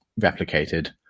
replicated